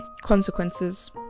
consequences